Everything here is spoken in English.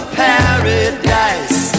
paradise